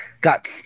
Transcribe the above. got